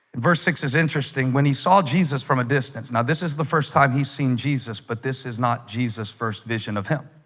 verse six is interesting when he saw jesus from a distance now this is the first time he's seen jesus, but this is not jesus first vision of him